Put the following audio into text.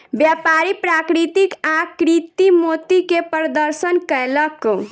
व्यापारी प्राकृतिक आ कृतिम मोती के प्रदर्शन कयलक